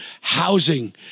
housing